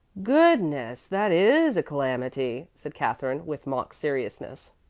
goodness! that is a calamity! said katherine with mock seriousness.